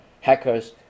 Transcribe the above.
hackers